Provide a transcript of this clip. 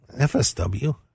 FSW